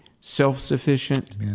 self-sufficient